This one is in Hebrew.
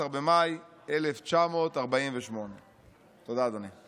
14 במאי 1948". תודה, אדוני.